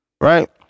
Right